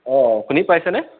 অঁ শুনি পাইছেনে